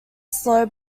slow